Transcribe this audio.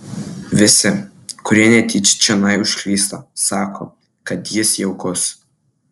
visi kurie netyčia čionai užklysta sako kad jis jaukus